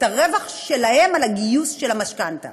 את הרווח שלהם על הגיוס של המשכנתה?